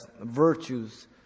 virtues